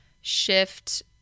shift